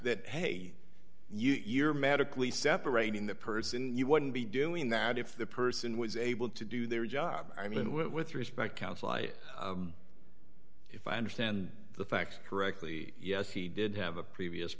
that hey you're medically separating the person you wouldn't be doing that if the person was able to do their job i mean with respect counsel i if i understand the facts correctly yes he did have a previous